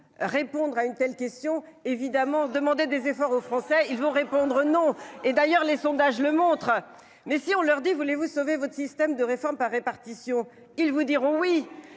répondre à une telle question évidemment demander des efforts aux Français, ils vont répondre non. Et d'ailleurs les sondages le montrent, mais si on leur dit vous voulez-vous sauver votre système de réforme par répartition, ils vous diront oui.